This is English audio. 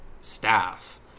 staff